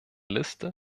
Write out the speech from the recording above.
liste